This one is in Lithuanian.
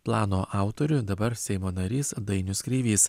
plano autorių dabar seimo narys dainius kreivys